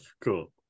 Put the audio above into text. Cool